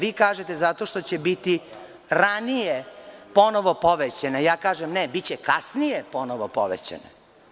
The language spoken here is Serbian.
Vi kažete, zato što će biti ranije ponovo povećane, a ja kažem ne, biće kasnije ponovo povećane.